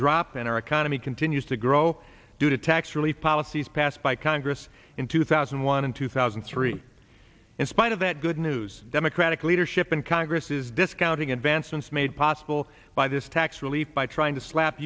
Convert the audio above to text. drop and our economy continues to grow due to tax relief policies passed by congress in two thousand and one and two thousand and three in spite of that good news democratic leadership in congress is discounting advancements made possible by this tax relief by trying to slap